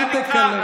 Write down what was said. אל תקלל.